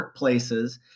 workplaces